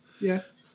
Yes